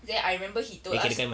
then I remember he told us